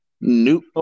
Nope